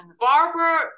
barbara